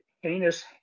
heinous